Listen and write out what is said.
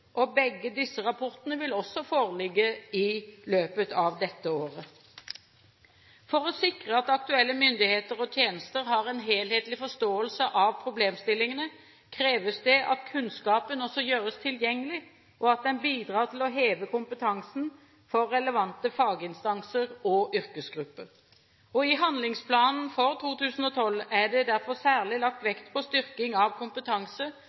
evaluering. Begge rapportene vil foreligge i løpet av dette året. For å sikre at aktuelle myndigheter og tjenester har en helhetlig forståelse av problemstillingene, kreves det at kunnskapen gjøres tilgjengelig, og at den bidrar til å heve kompetansen hos relevante faginstanser og yrkesgrupper. I handlingsplanen for 2012 er det derfor særlig lagt vekt på styrking av